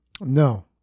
No